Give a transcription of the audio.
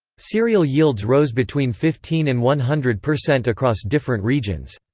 cereal yields rose between fifteen and one hundred per cent across different regions.